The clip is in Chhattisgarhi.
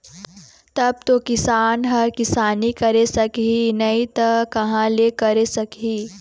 तब तो किसान ह किसानी करे सकही नइ त कहाँ ले करे सकही